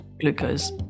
Glucose